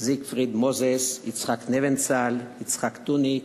זיגפריד מוזס, יצחק נבנצל, יצחק טוניק